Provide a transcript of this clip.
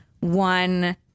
one